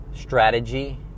strategy